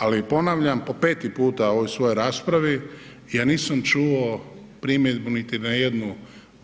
Ali ponavljam po peti puta u ovoj svojoj raspravi, ja nisam čuo primjedbu niti na jednu